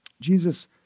Jesus